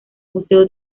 museo